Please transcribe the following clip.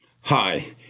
Hi